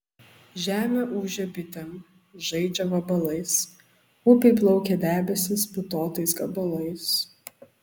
žemė ūžia bitėm žaidžia vabalais upėj plaukia debesys putotais gabalais